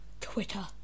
Twitter